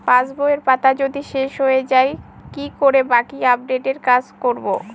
পাসবইয়ের পাতা যদি শেষ হয়ে য়ায় কি করে বাকী আপডেটের কাজ করব?